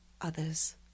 others